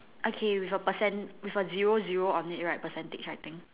okay with a percent with a zero zero on it right percentage right I think